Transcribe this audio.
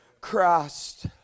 Christ